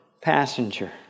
passenger